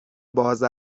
باز